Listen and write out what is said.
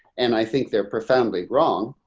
and i think they're profoundly wrong.